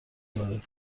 داره